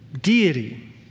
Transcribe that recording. deity